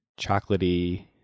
chocolatey